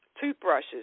toothbrushes